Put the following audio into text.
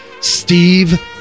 Steve